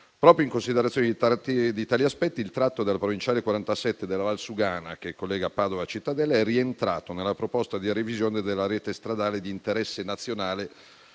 Proprio in considerazione di tali aspetti, il tratto della provinciale 47 della Valsugana, che collega Padova a Cittadella, è rientrato nella proposta di revisione della rete stradale di interesse nazionale